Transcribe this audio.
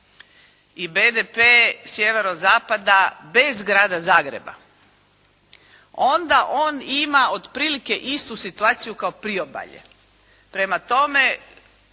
i BDP sjeverozapada bez Grada Zagreba, onda on ima otprilike istu situaciju kao priobalje. Prema tome